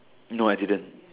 no I didn't